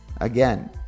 Again